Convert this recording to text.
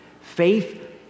Faith